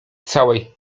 całej